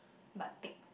but tick